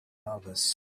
nervous